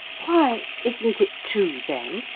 why isn't it true, then,